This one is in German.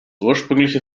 ursprüngliche